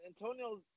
Antonio